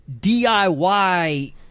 DIY